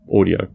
audio